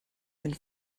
and